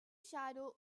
shadow